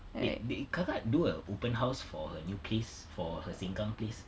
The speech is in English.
did did kakak do a open house for her new place for her sengkang place